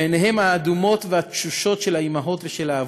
בעיניהם האדומות והתשושות של האימהות ושל האבות.